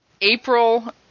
April